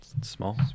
small